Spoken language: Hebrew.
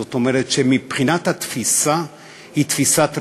זאת אומרת, שמבחינת התפיסה זו תפיסת רווחה.